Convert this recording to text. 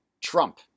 Trump